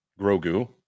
Grogu